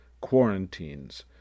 quarantines